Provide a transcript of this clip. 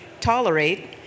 tolerate